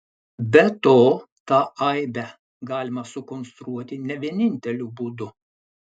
be to tą aibę galima sukonstruoti ne vieninteliu būdu